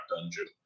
dungeon